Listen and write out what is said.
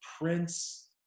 prince